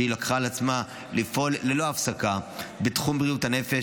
שלקחה על עצמה לפעול ללא הפסקה בתחום בריאות הנפש,